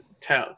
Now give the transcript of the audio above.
tell